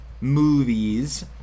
movies